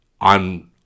On